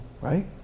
right